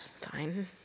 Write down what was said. fine